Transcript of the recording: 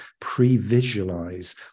pre-visualize